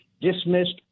dismissed